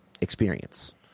Experience